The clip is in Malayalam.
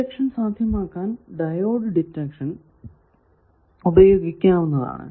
ഡിറ്റക്ഷൻ സാധ്യമാക്കാൻ ഡയോഡ് ഡിറ്റക്ഷൻ ഉപയോഗിക്കാവുന്നതാണ്